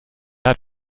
hat